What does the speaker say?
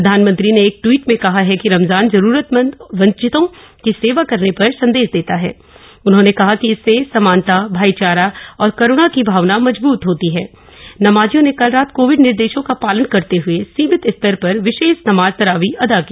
प्रधानमंत्री ने एक ट्वीट में कहा है कि रमजान जरूरतमंद और वंचितों की सेवा करने का संदेश देता हप उन्होंने कहा कि इससे समानता भाईचारा और करुणा की भावना मजबूत होती हप नमाजियों ने कल रात कोविड निर्देशों का पालन करते हुए सीमित स्तर पर विशेष नमाज तरावी अदा की